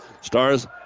Stars